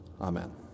Amen